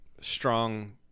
strong